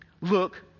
look